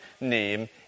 name